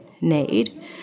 need